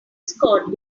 scott